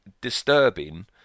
disturbing